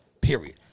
period